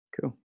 Cool